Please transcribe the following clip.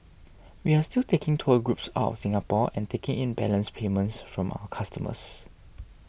we are still taking tour groups out of Singapore and taking in balance payments from our customers